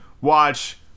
watch